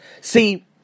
See